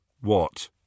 What